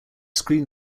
screen